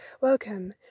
welcome